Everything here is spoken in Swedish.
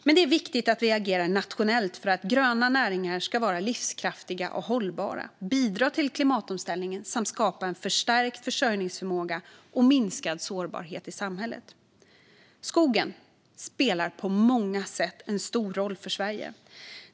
Men det är viktigt att vi agerar nationellt för att gröna näringar ska vara livskraftiga och hållbara, bidra till klimatomställningen samt skapa en förstärkt försörjningsförmåga och minskad sårbarhet i samhället. Skogen spelar på många sätt en stor roll för Sverige.